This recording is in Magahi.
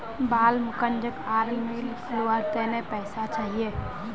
बालमुकुंदक आरा मिल खोलवार त न पैसा चाहिए